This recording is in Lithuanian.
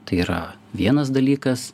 tai yra vienas dalykas